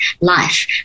life